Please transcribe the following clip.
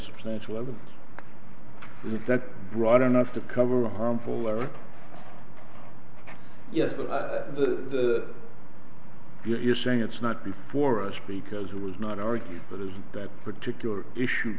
substantial evidence that brought enough to cover a harmful or yes of the you're saying it's not before us because it was not argued but isn't that particular issue